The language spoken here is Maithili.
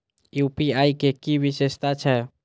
यू.पी.आई के कि विषेशता छै?